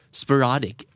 sporadic